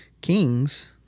kings